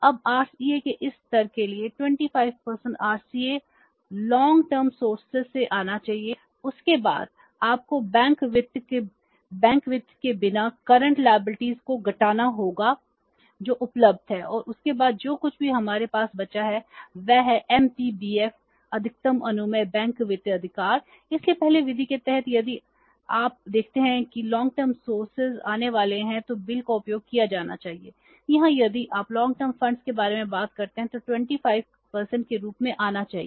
अब आरसीए के बारे में बात करते हैं तो 25 के रूप में आना चाहिए